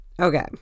Okay